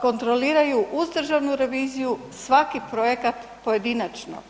kontroliraju uz državnu reviziju svaki projekat pojedinačno.